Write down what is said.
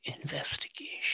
investigation